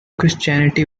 christianity